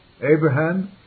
Abraham